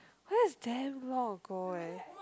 why is damn long ago eh